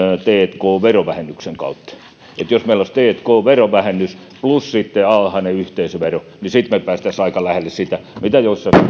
tk verovähennyksen kautta niin että jos meillä olisi tk verovähennys plus sitten alhainen yhteisövero niin sitten me pääsisimme aika lähelle sitä mitä joissakin maissa on